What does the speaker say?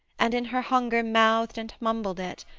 and in her hunger mouthed and mumbled it,